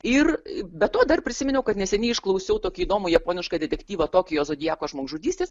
ir be to dar prisiminiau kad neseniai išklausiau tokį įdomų japonišką detektyvą tokijo zodiako žmogžudystės